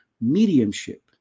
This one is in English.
mediumship